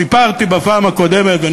סיפרתי בפעם הקודמת,